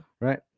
Right